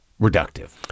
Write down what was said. reductive